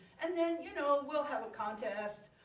and then, you know, we'll have a contest,